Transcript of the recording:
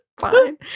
fine